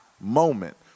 moment